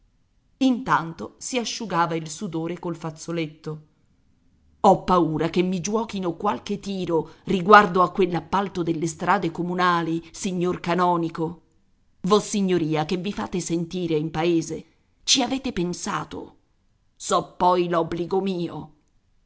intanto si asciugava il sudore col fazzoletto ho paura che mi giuochino qualche tiro riguardo a quell'appalto delle strade comunali signor canonico vossignoria che vi fate sentire in paese ci avete pensato so poi l'obbligo mio